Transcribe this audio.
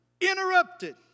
Interrupted